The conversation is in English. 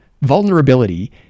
Vulnerability